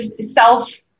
self-